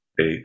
eight